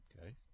Okay